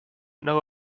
know